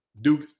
Duke